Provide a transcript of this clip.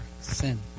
sin